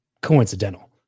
coincidental